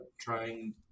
trying